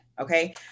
okay